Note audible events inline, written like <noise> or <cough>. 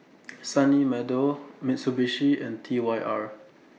<noise> Sunny Meadow Mitsubishi and T Y R